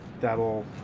that'll